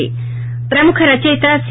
ి ప్రముఖ రచయిత సి